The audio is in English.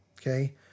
okay